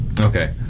Okay